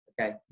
Okay